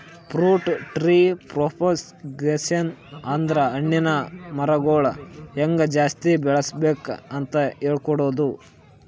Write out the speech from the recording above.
fruit tree propagation ಅಂದ್ರ ಹಣ್ಣಿನ್ ಮರಗೊಳ್ ಹೆಂಗ್ ಜಾಸ್ತಿ ಬೆಳಸ್ಬೇಕ್ ಅಂತ್ ಹೇಳ್ಕೊಡದು